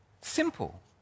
Simple